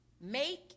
make